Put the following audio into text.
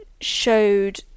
showed